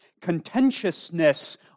Contentiousness